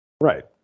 Right